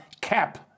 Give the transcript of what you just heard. cap